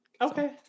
Okay